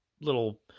little